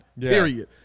Period